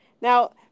Now